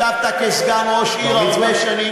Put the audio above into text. ישבת כסגן ראש עיר הרבה שנים,